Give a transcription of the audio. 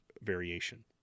variation